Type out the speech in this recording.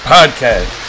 Podcast